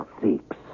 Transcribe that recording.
six